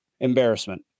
embarrassment